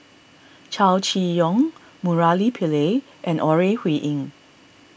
Chow Chee Yong Murali Pillai and Ore Huiying